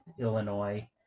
Illinois